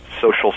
social